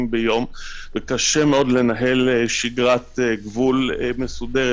ביום וקשה מאוד לנהל שגרת גבול מסודרת,